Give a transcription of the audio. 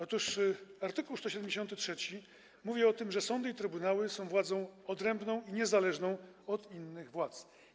Otóż art. 173 mówi o tym, że sądy i trybunały są władzą odrębną i niezależną od innych władz.